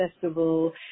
Festival